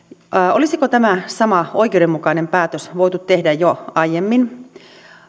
olisiko tämä sama oikeudenmukainen päätös voitu tehdä jo aiemmin